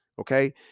Okay